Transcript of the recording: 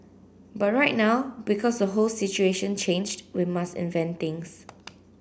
but right now because the whole situation changed we must invent things